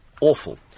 awful